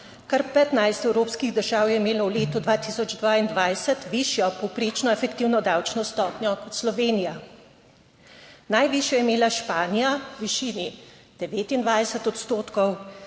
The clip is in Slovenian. Kar 15 evropskih držav je imelo v letu 2022 višjo povprečno efektivno davčno stopnjo kot Slovenija. Najvišja je imela Španija v višini 29 odstotkov,